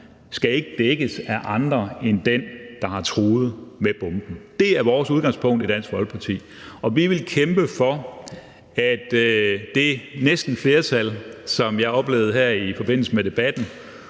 skal ikke dækkes af andre end den, der har truet med bomben. Det er vores udgangspunkt i Dansk Folkeparti. Vi vil kæmpe for, at det flertal, som jeg oplevede der næsten er her i forbindelse med debatten